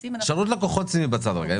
המיסים --- שירות לקוחות שימי בצד לרגע.